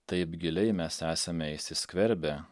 taip giliai mes esame įsiskverbę